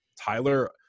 Tyler